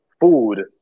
food